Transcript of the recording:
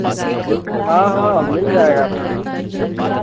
हाँ हाँ मिल जाएगा आपको